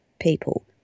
People